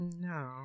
No